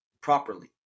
properly